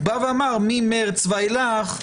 הוא בא ואמר, ממרס ואילך,